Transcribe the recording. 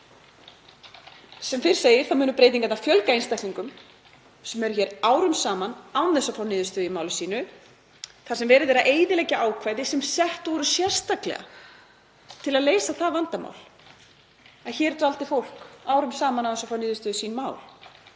Sem fyrr segir munu breytingarnar fjölga einstaklingum sem eru hér árum saman án þess að fá niðurstöðu í mál sitt þar sem verið er að eyðileggja ákvæði sem sett voru sérstaklega til að leysa það vandamál að hér dvaldi fólk árum saman án þess að fá niðurstöðu í sín mál.